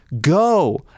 Go